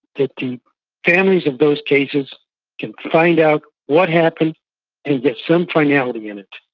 that the families of those cases can find out what happened and get some finality in it.